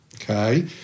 Okay